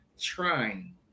trying